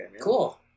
Cool